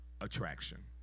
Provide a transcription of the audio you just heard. attraction